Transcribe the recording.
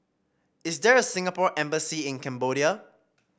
is there a Singapore Embassy in Cambodia